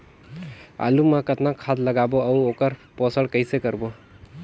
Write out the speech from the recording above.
आलू मा कतना खाद लगाबो अउ ओकर पोषण कइसे करबो?